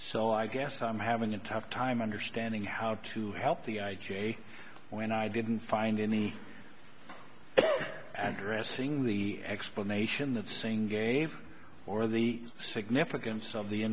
so i guess i'm having a tough time understanding how to help the i j when i didn't find any undressing the explanation of saying gave or the significance of the